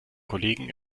kollegen